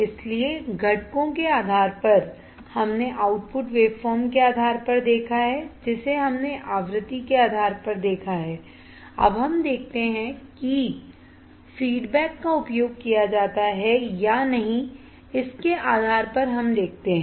इसलिए घटक के आधार पर हमने आउटपुट वेवफॉर्म के आधार पर देखा है जिसे हमने आवृत्ति के आधार पर देखा है अब हम देखते हैं कि फीडबैक का उपयोग किया जाता है या नहीं इसके आधार पर हम देखते हैं